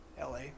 LA